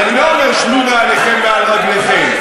אז אני לא אומר: שלו נעליכם מעל רגליכם,